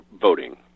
voting